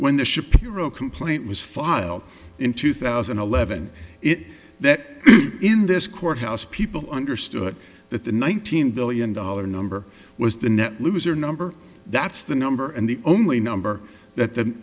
when the shapiro complaint was filed in two thousand and eleven it that in this courthouse people understood that the nineteen billion dollar number was the net loser number that's the number and the only number that the